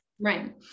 Right